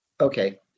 Okay